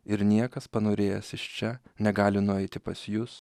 ir niekas panorėjęs iš čia negali nueiti pas jus